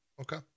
Okay